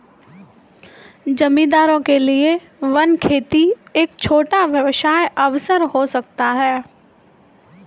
जमींदारों के लिए वन खेती एक छोटा व्यवसाय अवसर हो सकता है